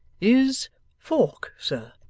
is fork, sir,